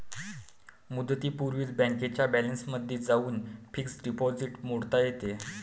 मुदतीपूर्वीच बँकेच्या बॅलन्समध्ये जाऊन फिक्स्ड डिपॉझिट मोडता येते